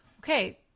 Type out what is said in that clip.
okay